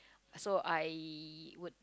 so I would